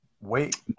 Wait